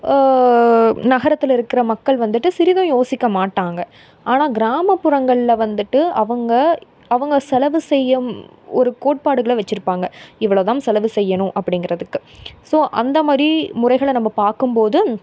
நகரத்தில் இருக்கிற மக்கள் வந்துவிட்டு சிறிதும் யோசிக்க மாட்டாங்க ஆனால் கிராமப்புறங்களில் வந்துவிட்டு அவங்க அவங்க செலவு செய்யும் ஒரு கோட்பாடுகளை வச்சிருப்பாங்க இவ்வளோ தாம் செலவு செய்யணும் அப்படிங்கிறதுக்கு ஸோ அந்த மாதிரி முறைகளை நம்ம பார்க்கும்போது